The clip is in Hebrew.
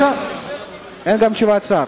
אין תשובת שר.